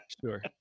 sure